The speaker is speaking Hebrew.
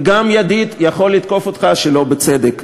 וגם ידיד יכול לתקוף אותך שלא בצדק,